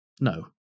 No